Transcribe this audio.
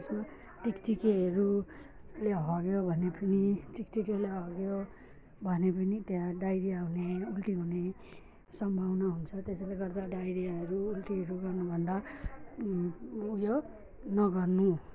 यसमा टिकटिकेहरूले हग्यो भने पनि टिकटिकेले हग्यो भन्यो भने पनि त्यहाँ डाइरिया हुने उल्टी हुने सम्भावना हुन्छ त्यसैले गर्दा डाइरियाहरू उल्टीहरू गर्नु भन्दा उयो नगर्नु